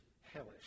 hellish